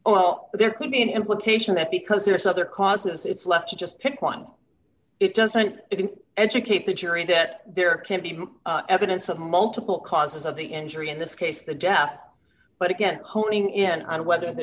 well there could be an implication that because there's other causes it's left to just pick one it doesn't even educate the jury that there can be evidence of multiple causes of the injury in this case the death but again honing in on whether the